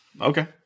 okay